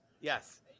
Yes